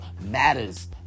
matters